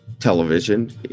television